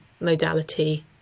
modality